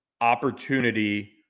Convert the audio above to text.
opportunity